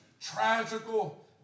tragical